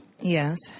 Yes